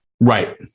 Right